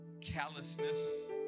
callousness